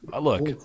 look